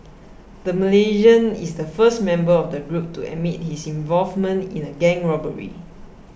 the Malaysian is the first member of a group to admit his involvement in a gang robbery